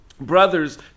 Brothers